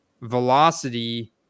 velocity